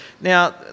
Now